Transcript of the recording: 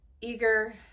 eager